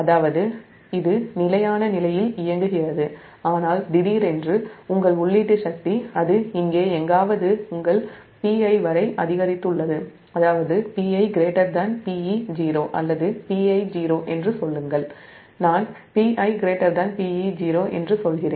அதாவது இது நிலையான நிலையில் இயங்குகிறது ஆனால் திடீரென்று உங்கள் உள்ளீட்டு சக்தி அது இங்கே எங்காவது உங்கள் Pi வரை அதிகரித்துள்ளது அதாவது PiPe0 அல்லது Pi0 என்று சொல்லுங்கள் நான் PiPe0 என்று சொல்கிறேன்